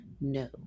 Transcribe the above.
No